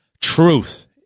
Truth